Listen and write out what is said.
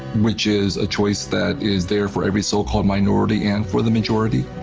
which is a choice that is there for every so-called minority and for the majority,